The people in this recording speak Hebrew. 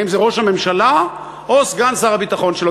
האם זה ראש הממשלה או סגן שר הביטחון שלו?